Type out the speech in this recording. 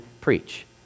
preach